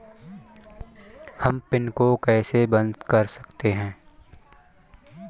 हम पिन को कैसे बंद कर सकते हैं?